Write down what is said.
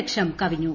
ലക്ഷം കവിഞ്ഞു